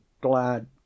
glad